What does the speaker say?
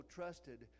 trusted